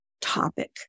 topic